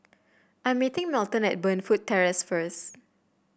I'm meeting Melton at Burnfoot Terrace first